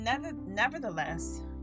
nevertheless